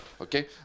okay